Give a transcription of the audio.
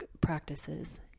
practices